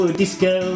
disco